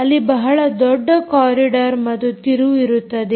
ಅಲ್ಲಿ ಬಹಳ ದೊಡ್ಡ ಕಾರಿಡಾರ್ ಮತ್ತು ತಿರುವು ಇರುತ್ತದೆ